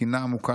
טינה עמוקה,